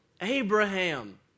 Abraham